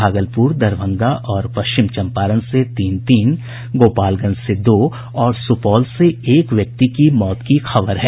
भागलपुर दरभंगा और पश्चिम चंपारण से तीन तीन गोपालगंज से दो और सुपौल से एक व्यक्ति की मौत की खबर है